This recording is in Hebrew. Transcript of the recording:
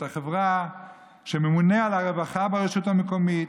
החברה אשר ממונה על הרווחה ברשות המקומית,